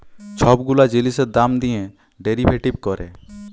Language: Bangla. ছব গুলা জিলিসের দাম দিঁয়ে ডেরিভেটিভ ক্যরে